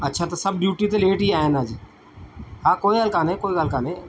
अच्छा त सभु ड्यूटीअ ते लेट ई आहिनि अॼु हा कोई ॻाल्हि कोन्हे कोई ॻाल्हि कोन्हे